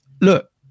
Look